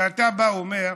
ואתה בא ואומר,